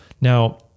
Now